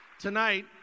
Tonight